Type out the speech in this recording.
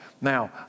Now